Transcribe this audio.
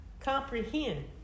comprehend